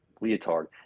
leotard